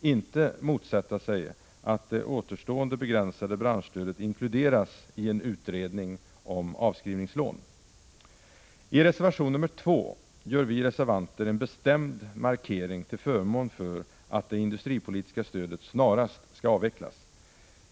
inte motsätta sig att det återstående begränsade branschstödet inkluderas i en utredning om avskrivningslån. I reservation nr 2 gör vi reservanter en bestämd markering till förmån för kravet att det industripolitiska stödet snarast skall avvecklas.